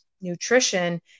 nutrition